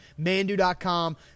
Mandu.com